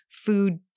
food